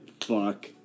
fuck